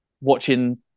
watching